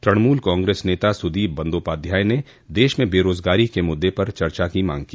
तणमूल कांग्रेस नेता सुदीप बंधोपाध्याय ने देश में बेरोजगारी के मुद्दे पर चर्चा की मांग की